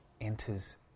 enters